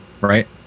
right